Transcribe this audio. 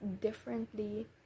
differently